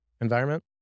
environment